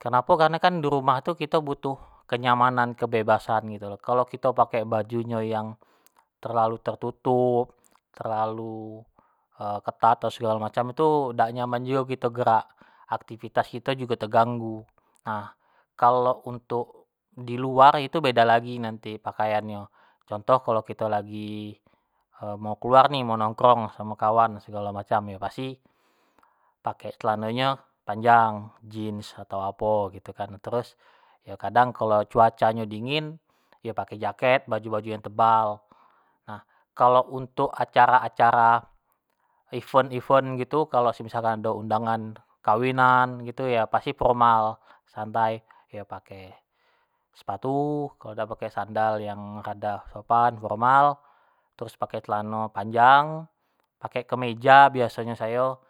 kenapo kareno kan dirumah tu kito butuh kenyamanan, kebebasan gitu lo, kalo kito pake baju nyo yang terlalu tertutup, terlalu ketat atau segalo macam tu dak nyaman jugo kito gerak, aktivitas kito jugo terganggu, nah kalo untuk di luar itu beda lagi nanti pakaiannyo. contoh kalo kito lagi mau keluar ni, mau nongkrong samo kawan segalo macam yo pasti pake celanonyo panjang, jeans atau apo gitu kan terus yo kadang kalo cuaca nyo dingin yo pake jacket, baju-baju yang tebal. nah kalo untuk acara-acara, event-event gitu kalo semisalkan ado undangan kawinan, gitu yo pasti formal, santai, yo pake sepatu kalo dak pake sandal yang rada sopan formal, terus pake celano panjang, pake kemeja biaso nyo sayo.